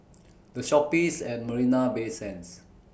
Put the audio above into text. The Shoppes At Marina Bay Sands